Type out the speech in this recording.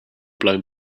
blown